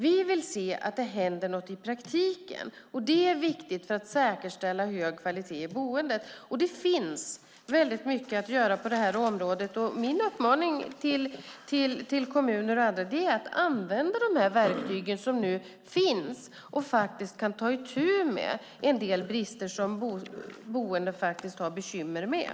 Vi vill se att det händer något i praktiken. Det är viktigt för att säkerställa hög kvalitet i boendet. Det finns väldigt mycket att göra på det här området. Min uppmaning till kommuner och andra är att använda de verktyg som nu finns och ta itu med en del brister som boende faktiskt har bekymmer med.